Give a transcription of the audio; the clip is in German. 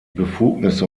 befugnisse